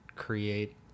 create